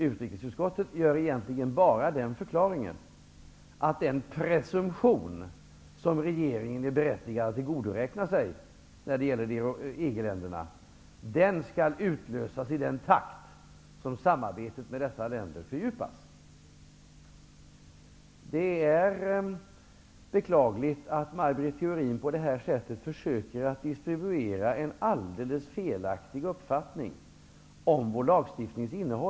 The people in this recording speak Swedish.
Utrikesutskottet förklarar egentligen bara att den presumtion, som regeringen är berättigad att tillgodoräkna sig när det gäller EG-länderna, skall utlösas i den takt som samarbetet med dessa länder fördjupas. Det är beklagligt att Maj Britt Theorin på detta sätt försöker sprida en alldeles felaktig uppfattning om vår lagstiftnings innehåll.